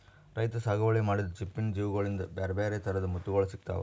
ರೈತರ್ ಸಾಗುವಳಿ ಮಾಡಿದ್ದ್ ಚಿಪ್ಪಿನ್ ಜೀವಿಗೋಳಿಂದ ಬ್ಯಾರೆ ಬ್ಯಾರೆ ಥರದ್ ಮುತ್ತುಗೋಳ್ ಸಿಕ್ತಾವ